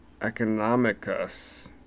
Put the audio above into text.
economicus